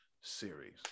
Series